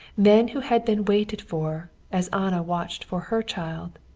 men who had been waited for as anna watched for her child.